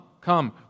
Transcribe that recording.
come